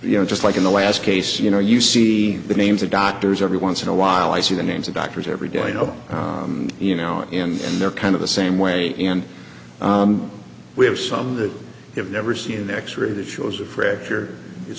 you know just like in the last case you know you see the names of doctors every once in a while i see the names of doctors every day i know you know and they're kind of the same way and we have some that have never seen an x ray that shows a fracture i